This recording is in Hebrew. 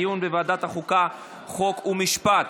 בוועדת החוקה, חוק ומשפט.